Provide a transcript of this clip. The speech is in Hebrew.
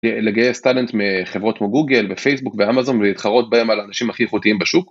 לגייס טלנט מחברות כמו גוגל ופייסבוק ואמזון ולהתחרות בהם על האנשים הכי איכותיים בשוק.